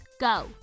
go